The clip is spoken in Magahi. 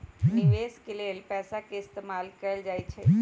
निवेश के लेल पैसा के इस्तमाल कएल जाई छई